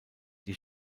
die